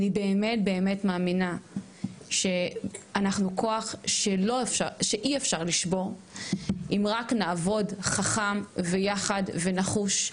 אני באמת מאמינה שאנחנו כוח שאי אפשר לשבור אם רק נעבוד חכם ויחד ונחוש.